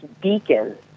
beacon